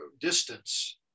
distance